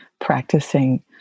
practicing